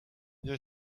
nie